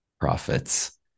Profits